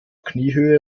kniehöhe